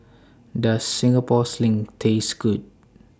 Does Singapore Sling Taste Good